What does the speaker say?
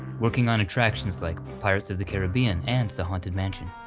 working on attractions like pirates of the caribbean and the haunted mansion.